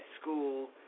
school